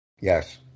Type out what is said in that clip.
Yes